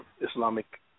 Islamic